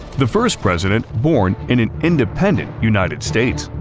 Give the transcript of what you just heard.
the first president born in an independent united states.